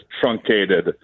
truncated